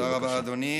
תודה רבה, אדוני.